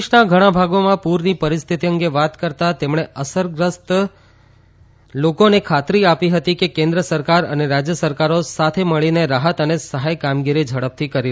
દેશના ઘણા ભાગોમાં પુરની પરિસ્થિતિ અંગે વાત કરતાં તેમણે અસરગ્રસ્ત લોકોને ખાતીર આપી હતી કે કેન્દ્ર સરકાર અને રાજય સરકારો સાથે મળીને રાહત અને સહાય કામગીરી ઝડપથી કરી રહી છે